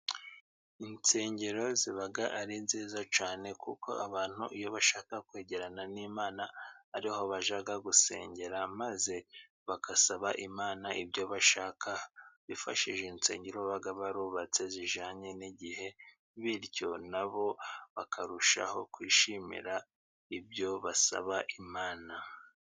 Insengero ziba ari nziza cyane kuko abantu iyo bashaka kwegerana n'imana ariho bajyaga gusengera maze bagasaba imana ibyo bashaka bifashishije insengero baba barubatse zijyananye n'igihe bityo na bo bakarushaho kwishimira ibyo basaba Imana.